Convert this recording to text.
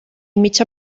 mitja